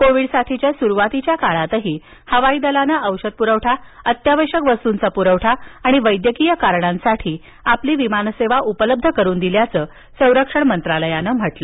Covid साथीच्या सुरुवातीच्या काळातही हवाई दलानं औषध पुरवठा अत्यावश्यक वस्तूंचा पुरवठा आणि वैद्यकीय कारणासाठी आपली विमानसेवा उपलब्धकरुन दिल्याचं संरक्षण मंत्रालयानं सांगितलं